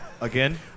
Again